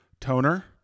toner